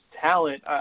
talent